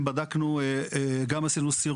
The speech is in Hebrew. ההיגיון אומר שבמדינת ישראל יש עשרות אלפי יחידות דיור,